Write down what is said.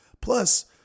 Plus